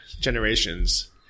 Generations